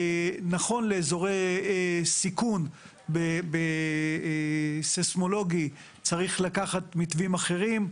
נכון לאזורי סיכון סייסמולוגי צריך לקחת מתווים אחרים.